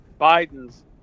Biden's